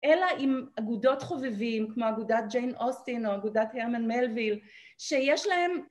אלא עם אגודות חובבים, כמו אגודת ג'יין אוסטין או אגודת הרמן מלוויל שיש להם